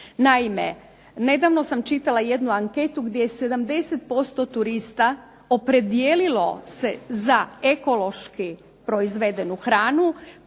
Naime, nedavno sam čitala jednu anketu gdje se 70% turista opredijelilo se za ekološki proizvedenu hranu,